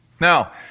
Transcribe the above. Now